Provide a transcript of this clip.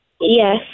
Yes